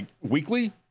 weekly